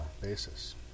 basis